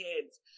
kids